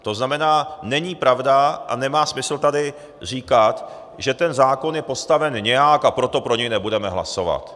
To znamená, není pravda a nemá smysl tady říkat, že ten zákon je postaven nějak, a proto pro něj nebudeme hlasovat.